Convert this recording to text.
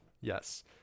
Yes